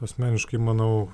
asmeniškai manau